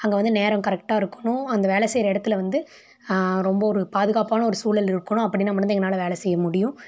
அங்கே வந்து நேரம் கரெக்டாக இருக்கணும் அந்த வேலை செய்கிற இடத்துல வந்து ரொம்ப ஒரு பாதுகாப்பான ஒரு சூழல் இருக்கணும் அப்படின்னா மட்டுந்தான் எங்களால வேலை செய்ய முடியும்